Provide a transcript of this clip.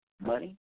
money